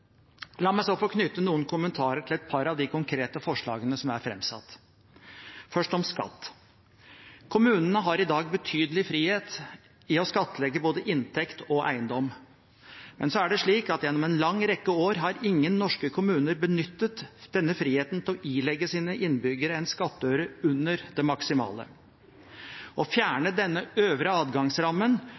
La meg så få knytte noen kommentarer til et par av de konkrete forslagene som er fremsatt. Først om skatt: Kommunene har i dag betydelig frihet i å skattlegge både inntekt og eiendom. Men gjennom en lang rekke år har ingen norske kommuner benyttet denne friheten til å ilegge sine innbyggere en skattøre under det maksimale. Å fjerne denne øvre adgangsrammen